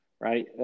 right